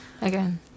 again